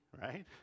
right